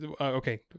okay